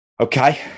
Okay